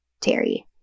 Terry